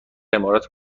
امارات